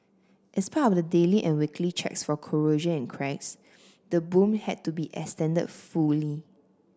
as part of the daily and weekly checks for corrosion and cracks the boom had to be extended fully